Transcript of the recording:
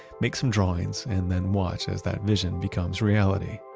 make some drawings, and then watch as that vision becomes reality.